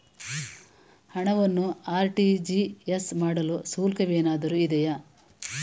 ಹಣವನ್ನು ಆರ್.ಟಿ.ಜಿ.ಎಸ್ ಮಾಡಲು ಶುಲ್ಕವೇನಾದರೂ ಇದೆಯೇ?